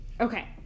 Okay